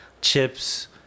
chips